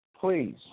Please